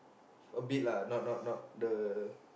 a bit lah not not not the